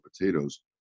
potatoes